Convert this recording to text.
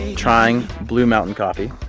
and trying blue mountain coffee.